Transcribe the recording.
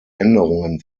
änderungen